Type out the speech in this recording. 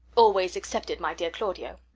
always excepted my dear claudio.